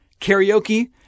karaoke